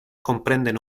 comprenden